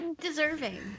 deserving